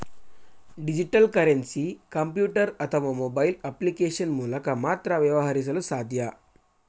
digital currency computer ಅಥವಾ mobile application ಮೂಲಕ ಮಾತ್ರ ವ್ಯವಹರಿಸಲು ಸಾಧ್ಯ